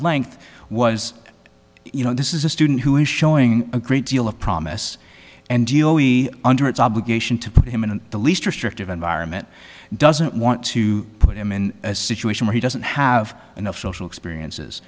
length was you know this is a student who is showing a great deal of promise and deal he under its obligation to put him in the least restrictive environment doesn't want to put him in a situation where he doesn't have enough social experiences